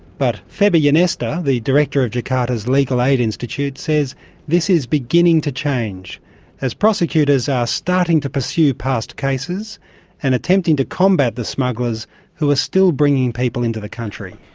but febi yonesta, the director of jakarta's legal aid institute, says this is beginning to change as prosecutors are starting to pursue past cases and attempting to combat the smugglers who are still bringing people into the country.